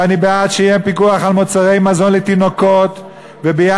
ואני בעד שיהיה פיקוח על מוצרי מזון לתינוקות ובעד